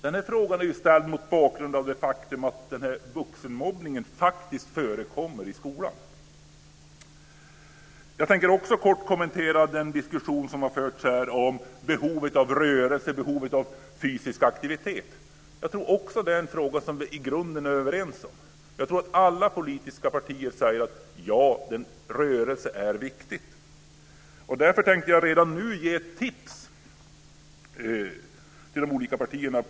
Den frågan är ställd mot bakgrund av det faktum att vuxenmobbning faktiskt förekommer i skolan. Jag tänker också kort kommentera den diskussion som har förts här om behovet av rörelse och fysisk aktivitet. Jag tror också att det är en fråga där vi i grunden är överens. Jag tror att alla politiska partier säger att rörelse är viktigt. Därför tänkte jag redan nu ge ett tips till partierna.